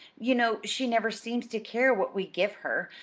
you know she never seems to care what we give her.